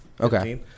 okay